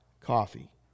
Coffee